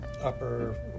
upper